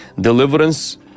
Deliverance